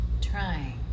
trying